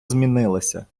змінилася